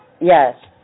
yes